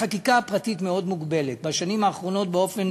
החקיקה הפרטית מאוד מוגבלת בשנים האחרונות, באופן